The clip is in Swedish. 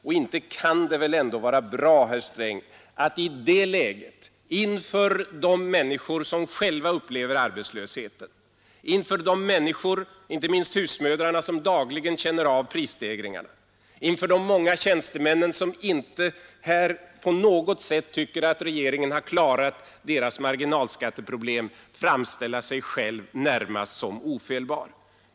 Och inte kan det väl ändå vara bra, herr Sträng, att i det läget inför de människor som själva upplever arbetslösheten, inför de människor, inte minst husmödrarna, som dagligen känner av prisstegringarna, inför de många tjänstemännen som inte på något sätt tycker att regeringen har klarat deras marginalskatteproblem, framställa sig själv närmast som ofelbar?